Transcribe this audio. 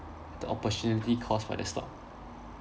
the opportunity cost for the stock